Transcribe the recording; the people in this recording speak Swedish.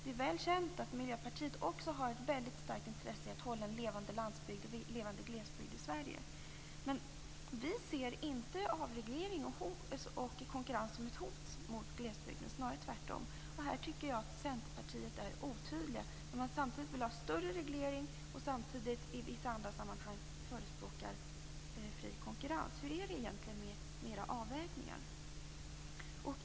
Det är väl känt att Miljöpartiet också har ett väldigt starkt intresse av att hålla en levande glesbygd i Sverige. Men vi ser inte avreglering och konkurrens som ett hot mot glesbygden, snarare tvärtom. Här tycker jag att Centerpartiet är otydligt. Man vill ha större reglering men i vissa andra sammanhang förespråkar man fri konkurrens. Hur är det egentligen med era avvägningar?